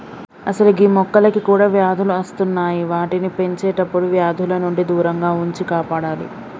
అసలు గీ మొక్కలకి కూడా వ్యాధులు అస్తున్నాయి వాటిని పెంచేటప్పుడు వ్యాధుల నుండి దూరంగా ఉంచి కాపాడాలి